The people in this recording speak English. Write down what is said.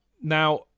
Now